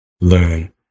learn